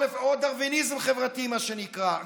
או דרוויניזם חברתי, מה שנקרא,